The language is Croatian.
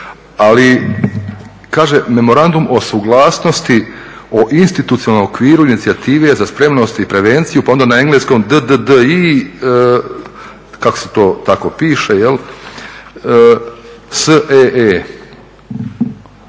ali kaže Memorandum o suglasnosti o institucionalnom okviru inicijative za spremnost i prevenciju pa onda na engleskom DDDI kako se to tako piše s EE.